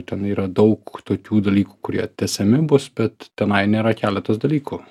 ten yra daug tokių dalykų kurie tęsiami bus bet tenai nėra keletos dalykų